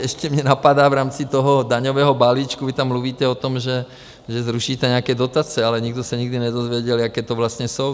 A ještě mě napadá v rámci toho daňového balíčku, vy tam mluvíte o tom, že zrušíte nějaké dotace, ale nikdo se nikdy nedozvěděl, jaké to vlastně jsou.